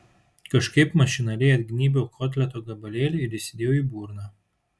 kažkaip mašinaliai atgnybiau kotleto gabalėlį ir įsidėjau į burną